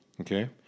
okay